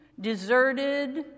deserted